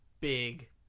big